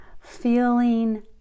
feeling